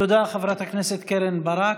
תודה, חברת הכנסת קרן ברק.